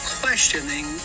questioning